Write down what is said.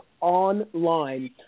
online